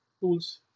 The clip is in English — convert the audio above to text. tools